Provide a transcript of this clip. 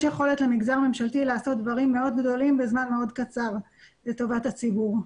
יכולת למגזר ממשלתי לעשות דברים מאוד גדולים בזמן מאוד קצר לטובת הציבור.